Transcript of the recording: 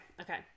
okay